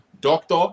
doctor